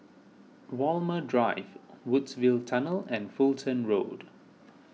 Walmer Drive Woodsville Tunnel and Fulton Road